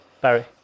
Barry